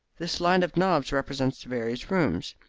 this line of knobs represents the various rooms.